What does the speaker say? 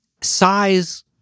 Size